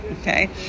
okay